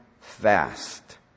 fast